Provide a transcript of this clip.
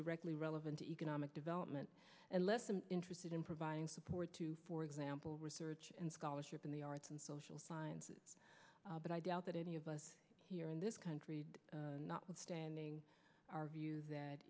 directly relevant to economic development and less interested in providing support for example research and scholarship in the arts and social sciences but i doubt that any of us here in this country notwithstanding our view that